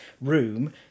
room